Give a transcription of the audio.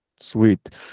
sweet